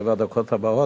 שבע הדקות הבאות,